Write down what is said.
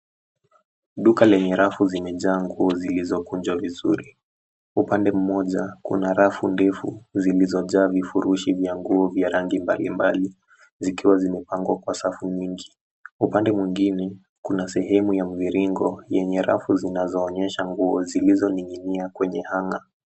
Duka lenye rafu zimejaa nguo zilizokunjwa vizuri. Upande moja kuna rafu ndefu zilizojaa vifurushi vya nguo vya rangi mbalimbali zikiwa zimepangwa kwa safu mingi. Upande mwingine, kuna sehemu ya mviringo yenye rafu zinazoonyesha nguo zilizo ning'inia kwenye cs[hanger]cs.